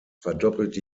verdoppelt